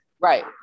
Right